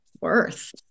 worth